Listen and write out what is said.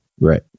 Right